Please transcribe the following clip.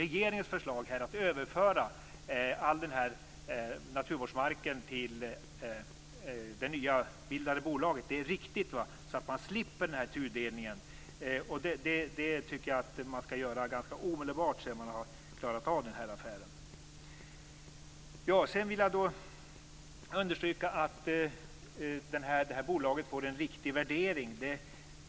Regeringens förslag är att man överför all naturvårdsmark till det nybildade bolaget. Det är riktigt. Det tycker jag att man skall göra ganska omedelbart efter att affären är klar. Jag vill understryka vikten av att bolaget får en riktig värdering.